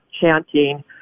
chanting